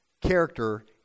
character